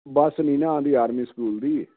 ਬਸ ਨਹੀਂ ਨਾ ਆਉਂਦੀ ਆਰਮੀ ਸਕੂਲ ਦੀ